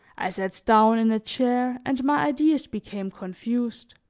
i sat down in a chair and my ideas became confused